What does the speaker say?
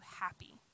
happy